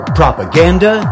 propaganda